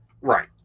right